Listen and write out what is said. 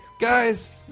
guys